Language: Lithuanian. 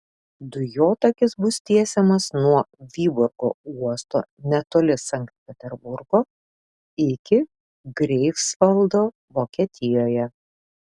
dujotakis bus tiesiamas nuo vyborgo uosto netoli sankt peterburgo iki greifsvaldo vokietijoje